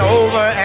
over